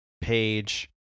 page